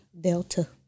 Delta